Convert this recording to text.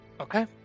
Okay